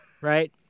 Right